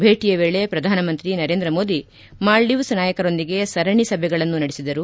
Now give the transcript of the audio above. ಭೇಟಿಯ ವೇಳೆ ಪ್ರಧಾನಿ ನರೇಂದ್ರ ಮೋದಿ ಮಾಲ್ಲೀವ್ಸ್ ನಾಯಕರೊಂದಿಗೆ ಸರಣಿ ಸಭೆಗಳನ್ನು ನಡೆಸಿದರು